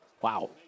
Wow